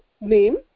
name